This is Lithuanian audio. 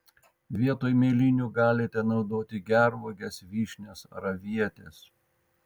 vietoj mėlynių galite naudoti gervuoges vyšnias ar avietes